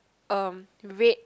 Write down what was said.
um red